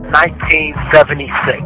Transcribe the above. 1976